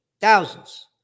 Thousands